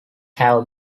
have